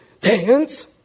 dance